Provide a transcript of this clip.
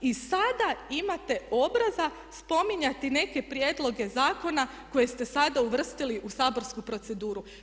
I sada imate obraza spominjati neke prijedloge zakona koje ste sada uvrstili u saborsku proceduru.